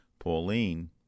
Pauline